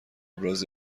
ابراز